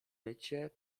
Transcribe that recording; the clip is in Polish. mycie